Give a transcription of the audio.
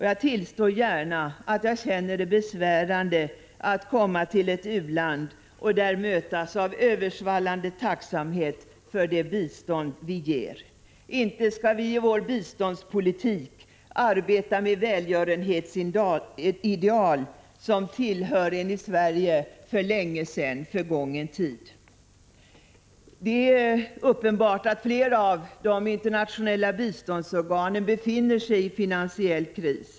Jag tillstår gärna att jag känner det besvärande att komma till ett u-land och där mötas av översvallande tacksamhet för det bistånd vi ger. Inte skall vi i vår biståndspolitik arbeta med välgörenhetsideal. Det tillhör en i Sverige för länge sedan förgången tid. Det är uppenbart att flera av de internationella biståndsorganen befinner sig i finansiell kris.